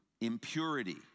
impurity